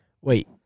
Wait